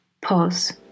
Pause